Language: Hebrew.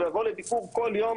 הוא יבוא לביקור כל יום,